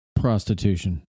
prostitution